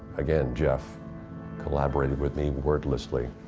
again jeff collaborated with me wordlessly.